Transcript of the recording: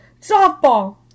softball